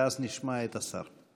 ואז נשמע את השר.